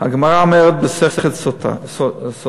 שהגמרא אומרת, במסכת סוטה: